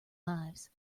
lives